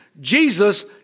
Jesus